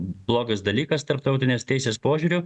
blogas dalykas tarptautinės teisės požiūriu